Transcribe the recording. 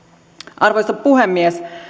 arvoisa puhemies